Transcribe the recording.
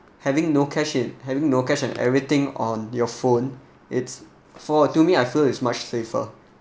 having no cash in having no cash and everything on your phone it's for to me I feel is much safer